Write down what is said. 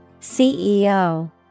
CEO